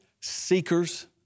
seekers